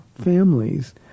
families